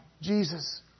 Jesus